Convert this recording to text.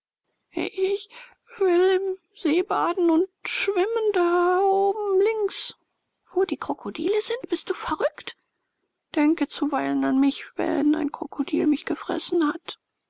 im see baden und schwimmen dda ooben llinks wo die krokodile sind bist du verrückt ddenke zuzuweilen an mich wenn ein krkrokodil mich gefressen hat